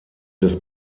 des